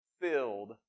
filled